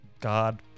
God